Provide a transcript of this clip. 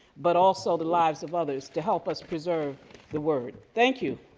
but also the lives of others to help us preserve the word. thank you